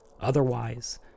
Otherwise